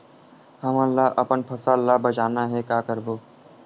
हमन ला अपन फसल ला बचाना हे का करबो?